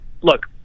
look